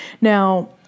Now